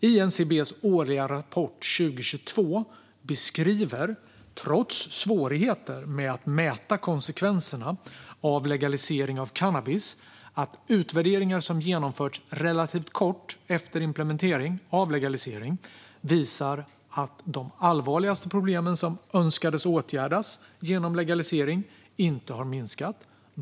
INCB:s årliga rapport 2022 beskriver, trots svårigheter med att mäta konsekvenserna av legalisering av cannabis, att utvärderingar som genomförts relativt kort efter implementering av legalisering visar att de allvarligaste problem som man önskade åtgärda genom legalisering inte har minskat.